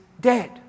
Dead